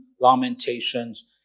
Lamentations